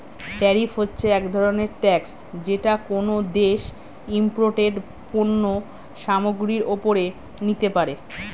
tariff হচ্ছে এক ধরনের ট্যাক্স যেটা কোনো দেশ ইমপোর্টেড পণ্য সামগ্রীর ওপরে নিতে পারে